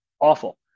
awful